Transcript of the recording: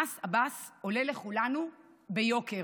"מס עבאס" עולה לכולנו ביוקר.